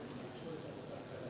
כבוד שרת הקליטה,